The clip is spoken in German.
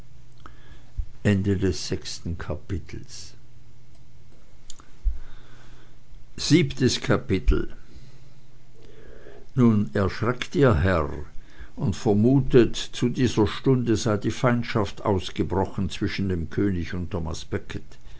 dannen vii nun erschreckt ihr herr und vermutet zu dieser stunde sei die feindschaft ausgebrochen zwischen dem könig und